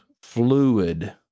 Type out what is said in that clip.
fluid